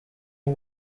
uwo